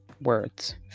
words